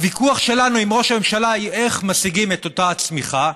הוויכוח שלנו עם ראש הממשלה הוא איך משיגים את אותה צמיחה,